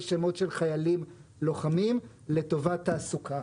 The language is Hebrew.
שמות של חיילים לוחמים לטובת תעסוקה.